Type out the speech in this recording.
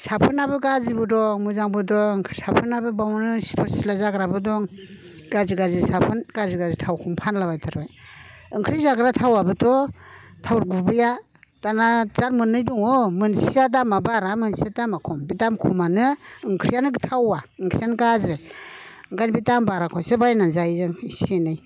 साबोनाबो गाज्रिबो दं मोजांबो दं साबोनाबो बेवनो सिथर सिला जाग्राबो दं गाज्रि गाज्रि साबोन गाज्रि गाज्रि थावखौनो फानलाबायथारो ओंख्रि जाग्रा थावाबोथ' थाव गुबैआ दाना जाद मोननै दङ मोनसेया दामा बारा मोनसेया दामा खम बे दाम खमानो ओंख्रियानो थावा ओंख्रियानो गाज्रि ओंखायनो बे दाम बाराखौसो बायनानै जायो जों इसे एनै